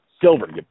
silver